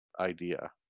idea